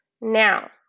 Now